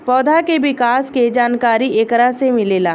पौधा के विकास के जानकारी एकरा से मिलेला